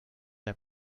der